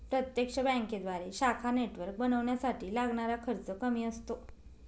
प्रत्यक्ष बँकेद्वारे शाखा नेटवर्क बनवण्यासाठी लागणारा खर्च कमी असतो